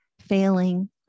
failing